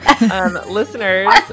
Listeners